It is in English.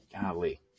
Golly